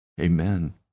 Amen